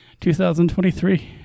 2023